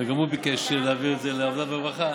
וגם הוא ביקש להעביר את זה לוועדת העבודה והרווחה.